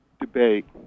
debate